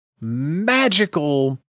magical